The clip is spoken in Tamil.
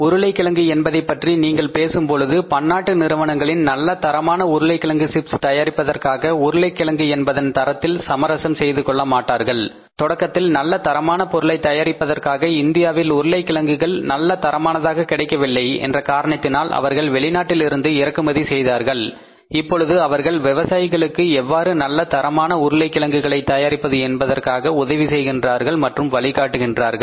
உருளைக்கிழங்கு என்பதைப் பற்றி நீங்கள் பேசும் பொழுது பன்னாட்டு நிறுவனங்களின் நல்ல தரமான உருளைக்கிழங்கு சிப்ஸ் தயாரிப்பதற்காக உருளைக்கிழங்கு என்பதன் தரத்தில் சமரசம் செய்து கொள்ள மாட்டார்கள் தொடக்கத்தில் நல்ல தரமான பொருளை தயாரிப்பதற்காக இந்தியாவில் உருளைக்கிழங்குகள் நல்ல தரமானதாக கிடைக்கவில்லை என்ற காரணத்தினால் அவர்கள் வெளிநாட்டிலிருந்து இறக்குமதி செய்தார்கள் இப்பொழுது அவர்கள் விவசாயிகளுக்கு எவ்வாறு நல்ல தரமான உருளைக்கிழங்குகளை தயாரிப்பது என்பதற்காக உதவி செய்கின்றார்கள் மற்றும் வழிகாட்டுகிறார்கள்